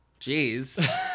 Jeez